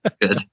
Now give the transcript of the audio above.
good